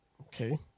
Okay